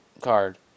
card